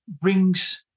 brings